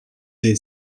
des